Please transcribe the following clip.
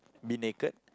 be naked